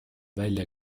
välja